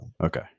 Okay